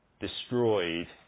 destroyed